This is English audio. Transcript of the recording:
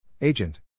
Agent